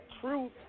truth